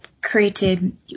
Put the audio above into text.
created